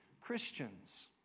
Christians